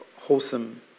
wholesome